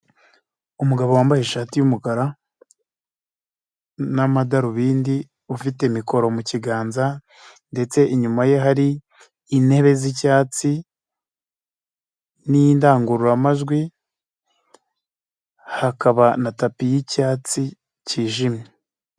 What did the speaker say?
Umugabo wambaye ishati y'umukara n'amadarubindi, ufite mikoro mu kiganza ndetse inyuma ye hari intebe z'icyatsi n'indangururamajwi, hakaba na tapi y'icyatsi kijimye.